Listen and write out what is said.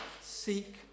seek